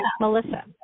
Melissa